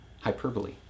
hyperbole